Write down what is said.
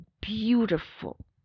beautiful